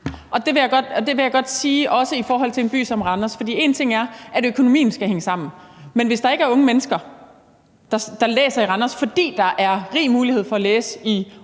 Det vil jeg også godt sige i forhold til en by som Randers, for en ting er, at økonomien skal hænge sammen, men hvis der ikke er unge mennesker, der læser i Randers, fordi der er rig mulighed for at læse i Aarhus